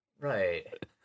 Right